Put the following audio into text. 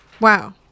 wow